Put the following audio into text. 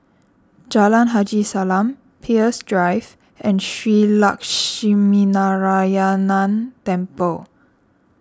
Jalan Haji Salam Peirce Drive and Shree Lakshminarayanan Temple